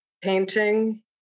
painting